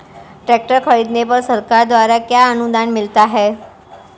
Tractor खरीदने पर सरकार द्वारा क्या अनुदान मिलता है?